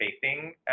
facing